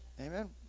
Amen